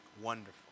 Wonderful